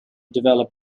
develop